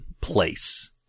place